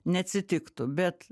neatsitiktų bet